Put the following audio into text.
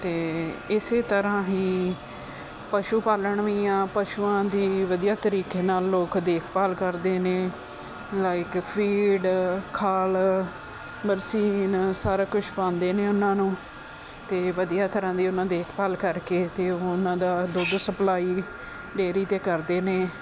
ਅਤੇ ਇਸੇ ਤਰ੍ਹਾਂ ਹੀ ਪਸ਼ੂ ਪਾਲਣ ਵੀ ਹੈ ਪਸ਼ੂਆਂ ਦੀ ਵਧੀਆ ਤਰੀਕੇ ਨਾਲ ਲੋਕ ਦੇਖ ਭਾਲ ਕਰਦੇ ਨੇ ਲਾਈਕ ਫੀਡ ਖਲ ਬਰਸੀਨ ਸਾਰਾ ਕੁਛ ਪਾਉਂਦੇ ਨੇ ਉਨ੍ਹਾਂ ਨੂੰ ਅਤੇ ਵਧੀਆ ਤਰ੍ਹਾਂ ਦੀ ਉਨ੍ਹਾਂ ਦੇਖ ਭਾਲ ਕਰਕੇ ਅਤੇ ਉਨ੍ਹਾਂ ਦਾ ਦੁੱਧ ਸਪਲਾਈ ਡੇਅਰੀ 'ਤੇ ਕਰਦੇ ਹਨ